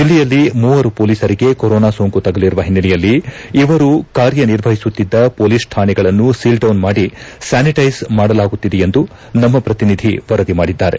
ಜಿಲ್ಲೆಯಲ್ಲಿ ಮೂವರು ಪೊಲೀಸರಿಗೆ ಕೊರೋನಾ ಸೋಂಕು ತಗುಲಿರುವ ಹಿನ್ನೆಲೆಯಲ್ಲಿ ಇವರು ಕಾರ್ಯನಿರ್ವಹಿಸುತ್ತಿದ್ದ ಪೊಲೀಸ್ ಠಾಣೆಗಳನ್ನು ಸೀಲ್ಡೌನ್ ಮಾದಿ ಸ್ಯಾನಿಟೈಸ್ ಮಾಡಲಾಗುತ್ತಿದೆ ಎಂದು ನಮ್ಮ ಪ್ರತಿನಿಧಿ ವರದಿ ಮಾಡಿದ್ದಾರೆ